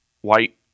white